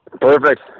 Perfect